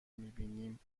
میبینیم